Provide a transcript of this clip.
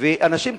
ואנשים כאלה,